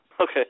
Okay